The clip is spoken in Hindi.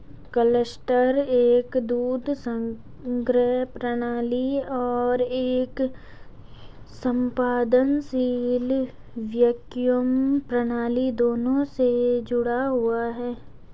क्लस्टर एक दूध संग्रह प्रणाली और एक स्पंदनशील वैक्यूम प्रणाली दोनों से जुड़ा हुआ है